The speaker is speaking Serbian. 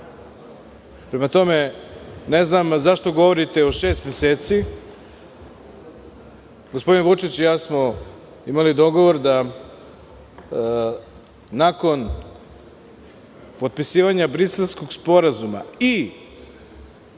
Prema tome, ne znam zašto govorite o šest meseci? Gospodin Vučić i ja smo imalo dogovor da nakon potpisivanja Briselskog sporazuma i